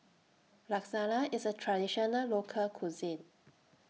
Lasagna IS A Traditional Local Cuisine